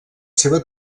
seva